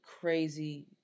crazy